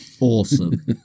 Awesome